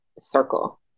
circle